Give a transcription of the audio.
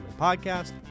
Podcast